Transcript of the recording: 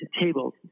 tables